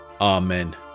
Amen